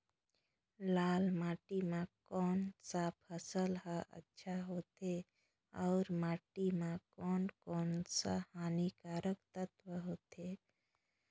लाल माटी मां कोन सा फसल ह अच्छा होथे अउर माटी म कोन कोन स हानिकारक तत्व होथे?